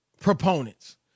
proponents